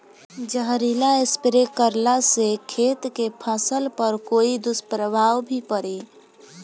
जहरीला स्प्रे करला से खेत के फसल पर कोई दुष्प्रभाव भी पड़ी?